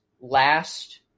last